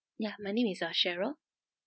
ya my name is uh sheryl